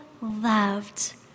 loved